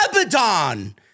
Abaddon